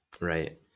Right